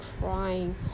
crying